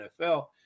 NFL